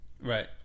Right